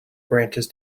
branches